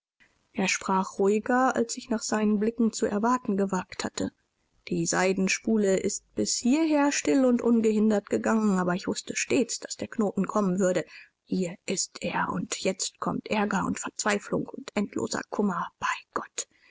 er sprach ruhiger als ich nach seinen blicken zu erwarten gewagt hatte die seidenspule ist bis hierher still und ungehindert gegangen aber ich wußte stets daß der knoten kommen würde hier ist er und jetzt kommt ärger und verzweiflung und endloser kummer bei gott